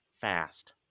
fast